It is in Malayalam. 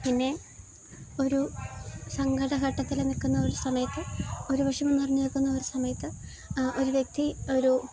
പിന്നെ ഒരു സങ്കടഘട്ടത്തില് നില്ക്കുന്നൊരു സമയത്ത് ഒരു വിഷമം നിറഞ്ഞ് നില്ക്കുന്നൊരു സമയത്ത് ഒരു വ്യക്തി ഒരു